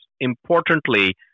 importantly